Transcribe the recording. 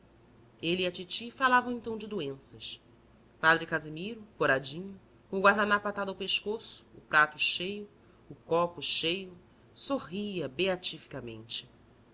e a titi falavam então de doenças padre casimiro coradinho com o guardanapo atado ao pescoço o prato cheio o copo cheio sorria